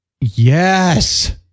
yes